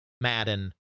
Madden